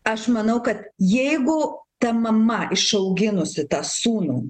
aš manau kad jeigu ta mama išauginusi tą sūnų